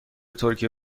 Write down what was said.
ترکیه